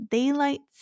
Daylight